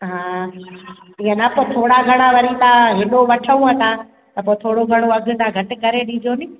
हा ईअं न त थोरा घणा वरी तव्हां हेॾो वठूं तव्हां त पोइ थोरो घणो अघु त घटि करे ॾिजो नी